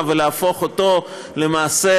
פחות, כמעט 2